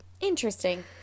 Interesting